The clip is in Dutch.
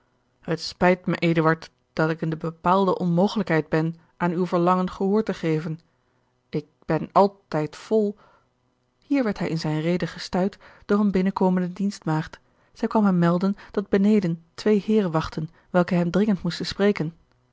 het spijt mij eduard dat ik in de bepaalde onmogelijkheid ben aan uw verlangen gehoor te geven ik ben altijd vol hier werd hij in zijne rede gestuit door eene binnen komende dienstmaagd zij kwam hem melden dat beneden twee heeren wachtten welke hem dringend moesten spreken